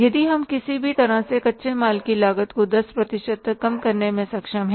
यदि हम किसी भी तरह से कच्चे माल की लागत को 10 प्रतिशत तक कम करने में सक्षम हैं